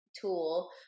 tool